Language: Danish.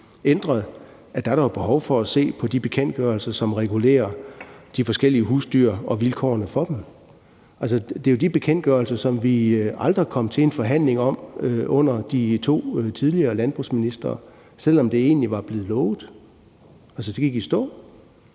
ændret, er behov for at se på de bekendtgørelser, som regulerer de forskellige husdyrs forhold og vilkårene for dem. Det er jo de bekendtgørelser, som vi aldrig kom til en forhandling om under de to tidligere landbrugsministre, selv om det egentlig var blevet lovet. Altså, det gik i stå,